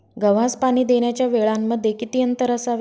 गव्हास पाणी देण्याच्या वेळांमध्ये किती अंतर असावे?